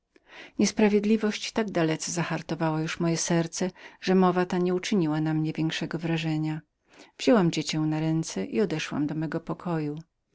ciebie niesprawiedliwość tak dalece zatwardziła już moje serce że mowa ta nie uczyniła na mnie najmniejszego wrażenia wzięłam dziecię na ręce i odeszłam do mego pokoju